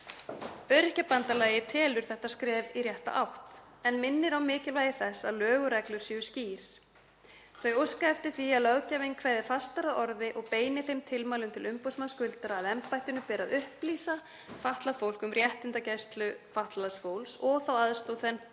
aðlögun. ÖBÍ telur þetta skref í rétta átt, en minnir á mikilvægi þess að lög og reglur séu skýr. ÖBÍ óskar eftir að löggjafinn kveði fastar að orði og beini þeim tilmælum til umboðsmanns skuldara að embættinu beri að upplýsa fatlað fólk um réttindagæslu fatlaðs fólks og þá aðstoð sem